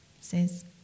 says